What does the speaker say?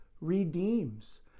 redeems